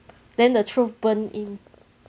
then the truth burn in